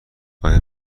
آیا